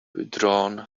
withdrawn